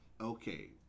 Okay